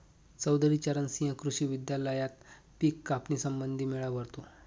चौधरी चरण सिंह कृषी विद्यालयात पिक कापणी संबंधी मेळा भरतो